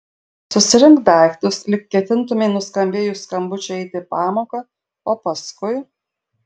susirink daiktus lyg ketintumei nuskambėjus skambučiui eiti į pamoką o paskui